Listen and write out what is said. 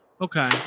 Okay